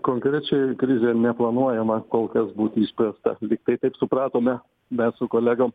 konkrečiai krizė neplanuojama kol kas būti išspręsta lygtai taip supratome mes su kolegom